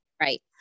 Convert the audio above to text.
Right